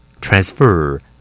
transfer